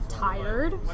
tired